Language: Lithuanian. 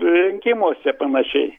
rinkimuose panašiai